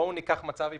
בואו ניקח בצב היפותטי,